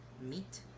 meat